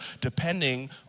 depending